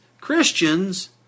Christians